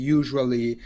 usually